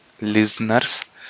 listeners